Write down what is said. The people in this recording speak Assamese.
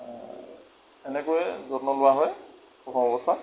এনেকৈয়ে যত্ন লোৱা হয় প্ৰথম অৱস্থাত